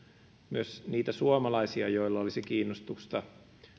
myös niitä suomalaisia joilla olisi kiinnostusta